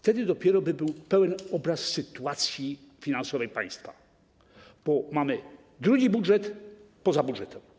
Wtedy dopiero powstałby pełen obraz sytuacji finansowej państwa, bo mamy drugi budżet poza budżetem.